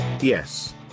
Yes